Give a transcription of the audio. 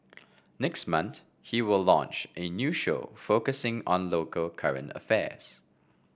next month he will launch a new show focusing on local current affairs